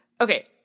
Okay